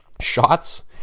Shots